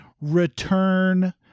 return